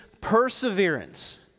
perseverance